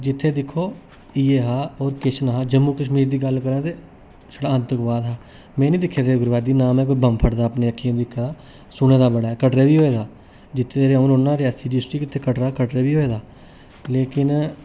जित्थै दिक्खो इयै हा और किश नेहा जम्मू कश्मीर दी गल्ल करां ते छड़ा आतंकवाद हा में नी दिक्खे दे उग्रवादी ना में कोई बम्ब फटदा अपनी अक्खियें दिक्खे दा सुने दा बड़ा ऐ कटड़े बी होए दा जित्थै अ'ऊं रौहना रियासी डिस्ट्रक्ट ते कटड़ा कटड़ै बी होए दा लेकिन